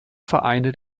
vereine